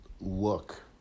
look